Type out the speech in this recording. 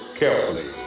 carefully